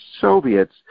Soviets